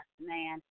man